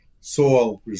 Soil